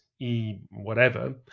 E-whatever